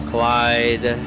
Clyde